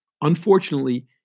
Unfortunately